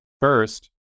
first